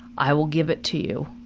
i will give it to you!